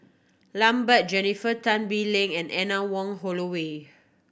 Lambert Jennifer Tan Bee Leng and Anne Wong Holloway